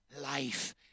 life